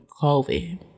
COVID